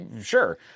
Sure